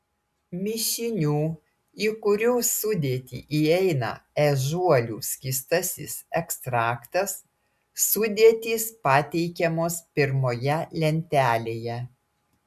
mišinių į kurių sudėtį įeina ežiuolių skystasis ekstraktas sudėtys pateikiamos pirmoje lentelėje